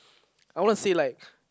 I wanna say like